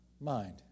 mind